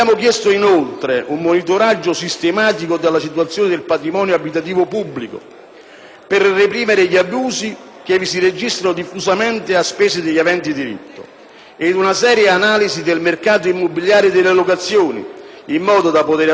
per reprimere gli abusi che vi si registrano diffusamente a spese degli aventi diritto, e una seria analisi del mercato immobiliare delle locazioni, in modo da potere assumere a ragione veduta decisioni simili a quelle che altri Paesi europei hanno preso da anni.